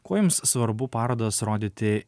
kuo jums svarbu parodas rodyti